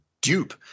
dupe